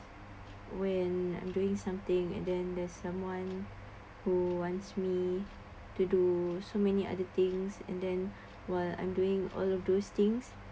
when I'm doing something and then there's someone who wants me to do so many other things and then while I'm doing all of those things